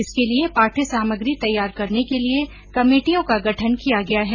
इसके लिए पाठ्य सामग्री तैयार करने के लिए कमेटियों का गठन किया गया है